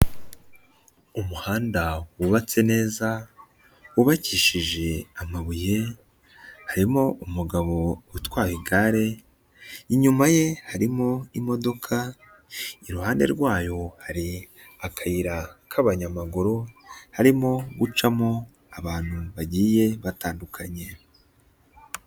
Umuhanda wubatse neza, wubakishije amabuye, harimo umugabo utwaye igare, inyuma ye harimo imodoka, iruhande rwayo hari akayira k'abanyamaguru, harimo gucamo abantu bagiye batandukanye.